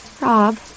Rob